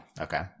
okay